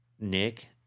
Nick